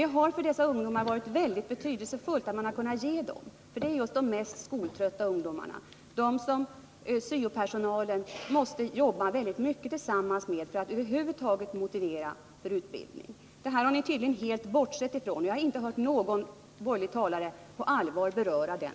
Det här utbildningsbidraget har varit väldigt betydelsefullt för dessa skoltrötta ungdomar som syo-personalen måste jobba mycket tillsammans med för att över huvud taget kunna motivera för utbildning. Den här frågan har ni tydligen helt bortsett ifrån. Jag har inte hört någon borgerlig talare på allvar beröra den.